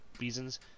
reasons